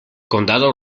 condado